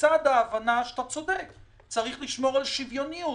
לצד ההבנה שצריך לשמור על שוויוניות,